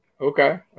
Okay